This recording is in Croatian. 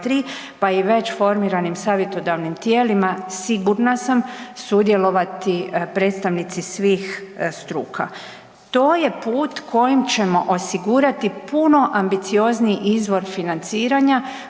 pa i već formiranim savjetodavnim tijelima sigurna sam sudjelovati predstavnici svih struka. To je put kojim ćemo osigurati puno ambiciozniji izvor financiranja,